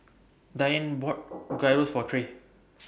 Diane bought Gyros For Trae